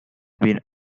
been